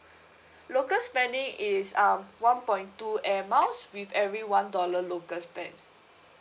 local spending is um one point two air miles with every one dollar local spent